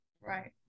Right